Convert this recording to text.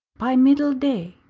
by middle day,